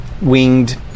winged